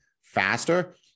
faster